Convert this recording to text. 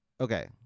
Okay